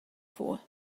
for